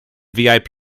vip